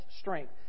strength